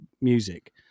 music